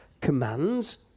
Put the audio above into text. commands